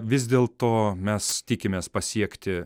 vis dėl to mes tikimės pasiekti